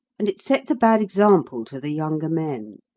and it sets a bad example to the younger men.